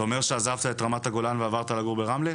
זה אומר שעזבת את רמת הגולן ועברת לגור ברמלה?